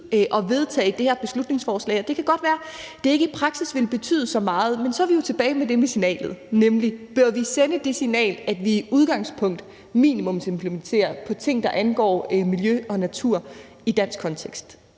at vedtage det her beslutningsforslag. Det kan godt være, at det ikke i praksis vil betyde så meget, men så er vi jo tilbage ved det med signalet, nemlig: Bør vi sende det signal, at vi i udgangspunktet minimumsimplementerer med hensyn til ting, der angår miljø og natur, i dansk kontekst?